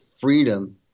freedom